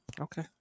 Okay